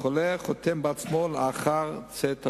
החולה חותם בעצמו לאחר צאת השבת.